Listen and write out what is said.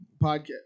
podcast